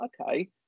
okay